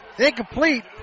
incomplete